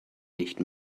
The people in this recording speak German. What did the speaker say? nicht